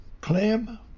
Clem